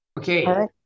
Okay